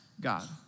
God